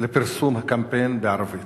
לפרסום קמפיין בערבית?